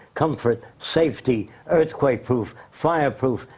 comfort, safety, earthquake proof fireproof,